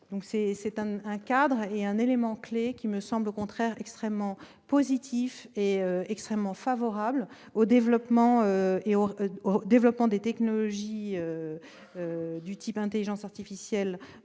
Ce cadre, qui est un élément clé, me semble au contraire extrêmement positif et extrêmement favorable au développement des technologies de type intelligence artificielle